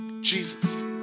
Jesus